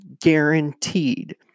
guaranteed